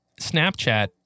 Snapchat